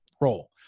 role